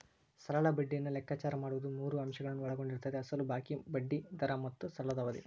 ಸರಳ ಬಡ್ಡಿಯನ್ನು ಲೆಕ್ಕಾಚಾರ ಮಾಡುವುದು ಮೂರು ಅಂಶಗಳನ್ನು ಒಳಗೊಂಡಿರುತ್ತದೆ ಅಸಲು ಬಾಕಿ, ಬಡ್ಡಿ ದರ ಮತ್ತು ಸಾಲದ ಅವಧಿ